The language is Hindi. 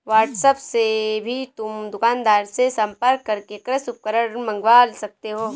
व्हाट्सएप से भी तुम दुकानदार से संपर्क करके कृषि उपकरण मँगवा सकते हो